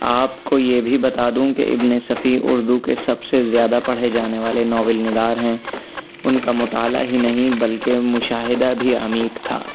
آپ کو يہ بھى بتا دوں كہ اِبن صفى اردو كے سب سے زِيادہ پڑھے جانے والے ناول نگار ہيں اُن كا مطالعہ ہى نہيں بلكہ مشاہدہ بھی عمیق تھا